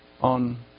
on